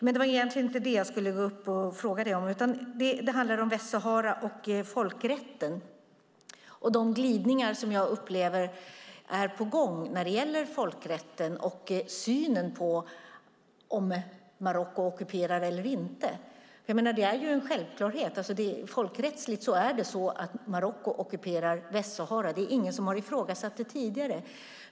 Men det var egentligen inte detta jag skulle fråga dig, Fredrick Federley, om utan om Västsahara och folkrätten och de glidningar som jag upplever är på gång när det gäller synen på om Marocko ockuperar eller inte. Det är en självklarhet folkrättsligt att Marocko ockuperar Västsahara. Det är ingen som har ifrågasatt det tidigare.